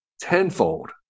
tenfold